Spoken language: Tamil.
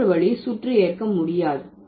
மற்றொரு வழி சுற்று ஏற்க முடியாது